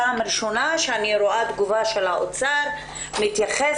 פעם ראשונה שאני שומעת תגובה של האוצר שמתייחסת